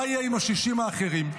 מה יהיה עם ה-60% האחרים?